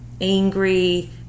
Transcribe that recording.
angry